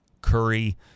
Curry